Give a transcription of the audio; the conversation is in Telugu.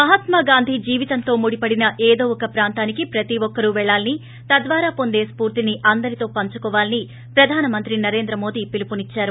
మహాత్మాగాంధీ జీవితంతో ముడిపడిన ఏదో ఒక ప్రాంతానికి ప్రతి ఒక్కరూ పెల్లాలని తద్వారా పొందే స్పూర్తిని అందరితో పంచు కోవాలని ప్రధాన మంత్రి నరేంద్ర మోదీ పిలుపునిచ్చారు